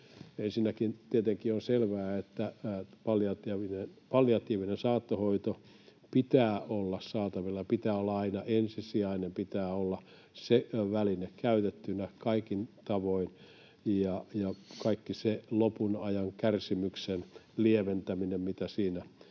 Ensinnäkin tietenkin on selvää, että palliatiivinen saattohoito pitää olla saatavilla, sen pitää olla aina ensisijainen, pitää olla se väline käytettynä kaikin tavoin ja kaikki se lopun ajan kärsimyksen lieventäminen, mitä siinä